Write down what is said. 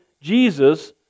Jesus